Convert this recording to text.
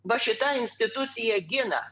va šita institucija gina